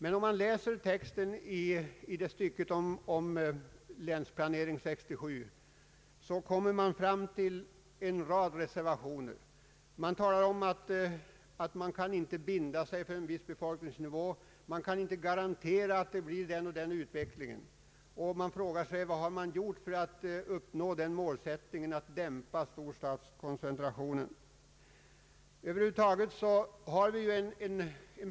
Men om vi läser texten i stycket om Länsplanering 67 möter vi en rad reservationer. Man talar om att man inte kan binda sig för en viss befolkningsnivå, man kan inte garantera någon viss utveckling. Då blir frågan vad som har gjorts för att uppnå målsättningen att dämpa storstadskoncentrationen.